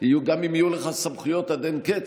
גם אם יהיו לך סמכויות עד אין קץ,